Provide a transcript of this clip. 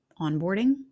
onboarding